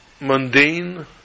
mundane